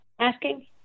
Asking